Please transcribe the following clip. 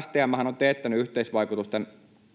STM:hän on teettänyt yhteisvaikutusten